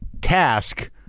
task